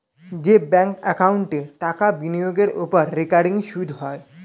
যে ব্যাঙ্ক একাউন্টে টাকা বিনিয়োগের ওপর রেকারিং সুদ হয়